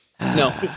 No